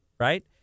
right